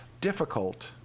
difficult